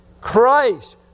Christ